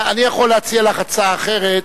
אני יכול להציע לך הצעה אחרת,